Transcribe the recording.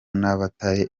n’abatari